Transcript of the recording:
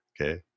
Okay